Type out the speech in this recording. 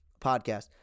podcast